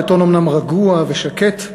בטון אומנם רגוע ושקט,